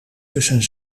tussen